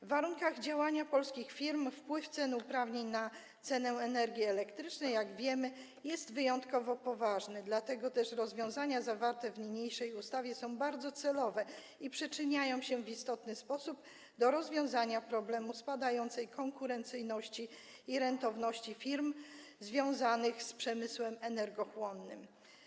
W warunkach działania polskich firm wpływ cen uprawnień na cenę energii elektrycznej, jak wiemy, jest wyjątkowo poważny, dlatego też rozwiązania zawarte w niniejszej ustawie są bardzo celowe i przyczyniają się w istotny sposób do rozwiązania problemu spadającej konkurencyjności i rentowności firm związanych z przemysłem energochłonnym.